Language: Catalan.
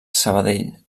sabadell